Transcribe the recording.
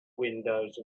windows